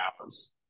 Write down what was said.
hours